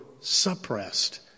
suppressed